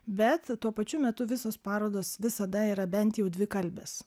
bet tuo pačiu metu visos parodos visada yra bent jau dvikalbės